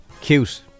Cute